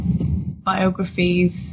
biographies